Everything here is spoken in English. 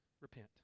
repent